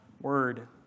word